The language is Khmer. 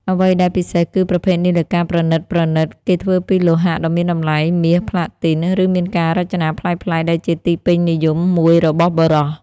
អ្វីដែលពិសេសគឺប្រភេទនាឡិកាប្រណិតៗ គេធ្វើពីលោហៈដ៏មានតម្លៃ មាស ប្លាទីន ឬមានការរចនាប្លែកៗ ដែលជាទីពេញនិយមមួយរបស់បុរស។